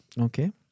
Okay